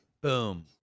Boom